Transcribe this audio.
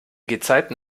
gezeiten